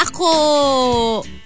ako